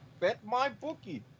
BetMyBookie